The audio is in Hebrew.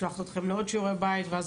שוב אנחנו יוצאים לעוד שיעורי בית ואז